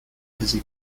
fizzy